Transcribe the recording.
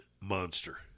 monster